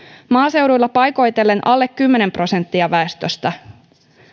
maaseudulla paikoitellen alle kymmenen prosenttia väestöstä